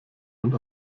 und